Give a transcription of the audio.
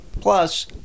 plus